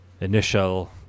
initial